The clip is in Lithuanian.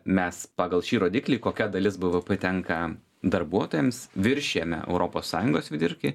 mes pagal šį rodiklį kokia dalis bvp tenka darbuotojams viršijame europos sąjungos vidurkį